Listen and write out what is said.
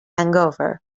hangover